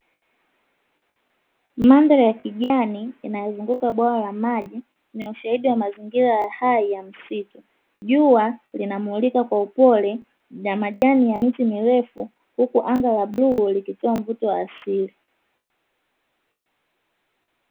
Mandhari ya kijani inayozunguka bwawa la maji ni ushahidi wa mazingira hali ya msitu, jua linamulika kwa upole na majani ya miti mirefu huku anga la buluu likitoa mvuto wa asili.